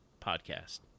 podcast